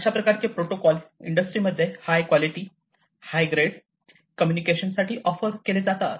अशा प्रकारचे protocol industry मध्ये high quality high grade communication साठी ऑफर केले जातात